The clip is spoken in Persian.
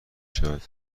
شود